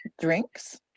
drinks